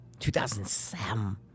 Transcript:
2007